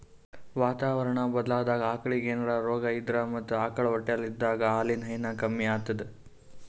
ವಾತಾವರಣಾ ಬದ್ಲಾದಾಗ್ ಆಕಳಿಗ್ ಏನ್ರೆ ರೋಗಾ ಇದ್ರ ಮತ್ತ್ ಆಕಳ್ ಹೊಟ್ಟಲಿದ್ದಾಗ ಹಾಲಿನ್ ಹೈನಾ ಕಮ್ಮಿ ಆತದ್